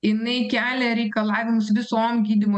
jinai kelia reikalavimus visom gydymo